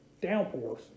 downpours